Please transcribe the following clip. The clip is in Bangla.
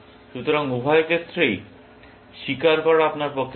সুতরাং উভয় ক্ষেত্রেই স্বীকার করা আপনার পক্ষে ভাল